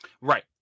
right